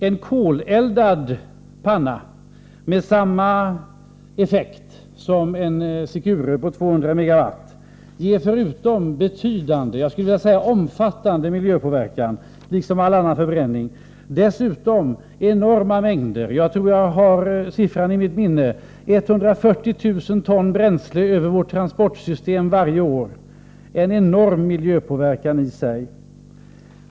En koleldad panna med samma effekt som en Secure-reaktor på 200 MW innebär förutom en omfattande miljöpåverkan, liksom all annan förbränning, också att enorma mängder bränsle — jag tror att siffran är 140 000 ton bränsle varje år — fraktas över vårt transportsystem, och det är en enorm miljöpåverkan i sig.